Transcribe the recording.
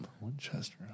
Winchester